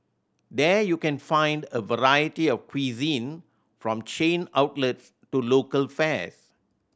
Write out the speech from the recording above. there you can find a variety of cuisine from chain outlets to local fares